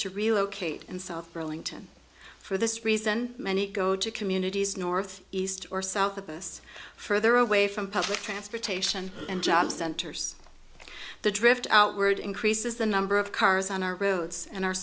to relocate and so burlington for this reason many go to communities north east or south of us further away from public transportation and job centers the drift outward increases the number of cars on our roads and our